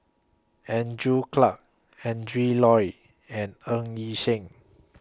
Andrew Clarke Adrin Loi and Ng Yi Sheng